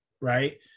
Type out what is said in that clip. right